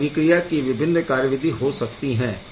इस अभिक्रिया की विभिन्न कार्यविधि हो सकती हैं